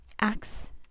acts